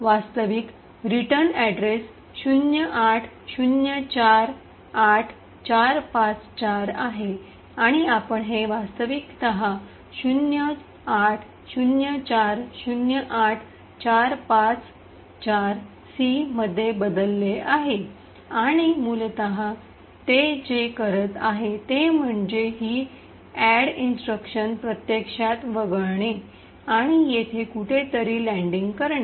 वास्तविक return address 08048454 आहे आणि आपण हे वास्तविकतः 08048454 सी मध्ये बदलले आहे आणि मूलत ते जे करत आहे ते म्हणजे ही ऐड इंस्ट्रक्शन प्रत्यक्षात वगळणे आणि येथे कुठेतरी लँडिंग करणे